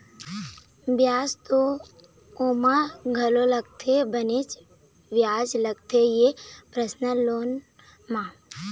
बियाज तो ओमा घलोक लगथे बनेच बियाज लेथे ये परसनल लोन म